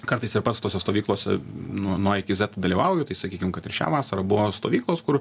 kartais ir pats tose stovyklose nu nuo a iki z dalyvauju tai sakykim kad ir šią vasarą buvo stovyklos kur